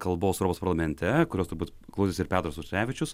kalbos europos parlamente kurios turbūt klausėsi ir petras auštrevičius